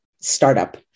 startup